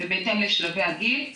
ובהתאם לשלבי הגיל,